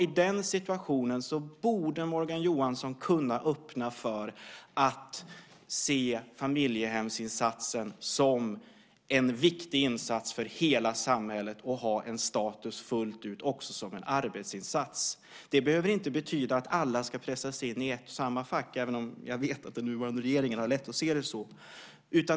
I den situationen borde Morgan Johansson kunna öppna för att se familjehemsinsatsen som en viktig insats för hela samhället med en status fullt ut som en arbetsinsats. Det behöver inte betyda att alla ska pressas in i ett och samma fack - även om jag vet att den nuvarande regeringen har lätt att se det så.